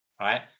right